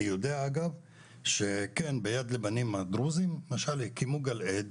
אני יודע אגב שכן ביד לבנים הדרוזים למשל הקימו גל עד,